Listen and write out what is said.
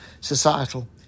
societal